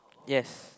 yes